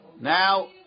Now